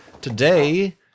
Today